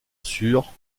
sur